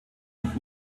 den